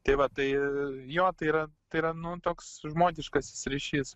tai va tai jo tai yra tai yra nu toks žmogiškasis ryšys